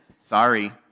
Sorry